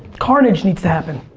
carnage needs to happen.